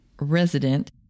resident